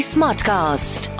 Smartcast